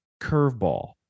curveball